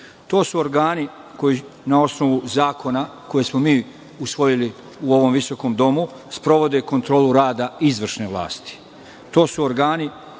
su organi koji, na osnovu zakona koje smo mi usvojili u ovom visokom Domu, sprovode kontrolu rada izvršne vlasti.